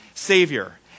Savior